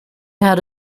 had